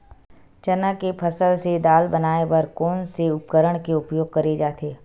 चना के फसल से दाल बनाये बर कोन से उपकरण के उपयोग करे जाथे?